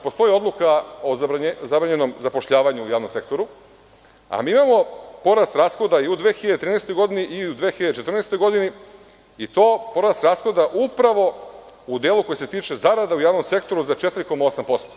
Postoji odluka o zabranjenom zapošljavanju u javnom sektoru, a mi imamo porast rashoda i u 2013. godini, i u 2014. godini, i to porast rashoda upravo u delu koji se tiče zarada u javnom sektoru za 4,8%